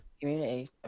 community